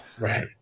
Right